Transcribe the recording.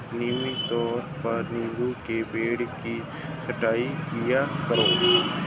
नियमित तौर पर नीम के पेड़ की छटाई किया करो